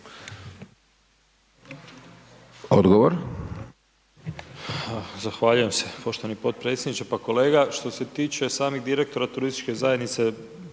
Odgovor.